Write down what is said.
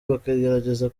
bakagerageza